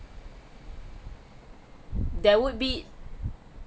there would be